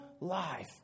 life